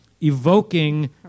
evoking